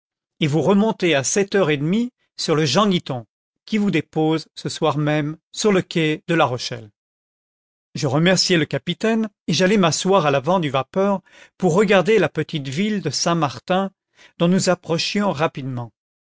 et vous remontez à sept heures et demie sur le jean guiton qui vous dépose ce soir même sur le quai de la rochelle je remerciai le capitaine et j'allai m'asseoir à l'avant du vapeur pour regarder la petite ville de saint-martin dont nous approchions rapidement